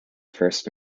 first